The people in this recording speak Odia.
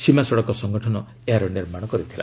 ସୀମା ସଡ଼କ ସଙ୍ଗଠନ ଏହାର ନିର୍ମାଣ କରିଥିଲା